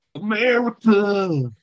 America